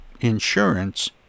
insurance